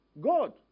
God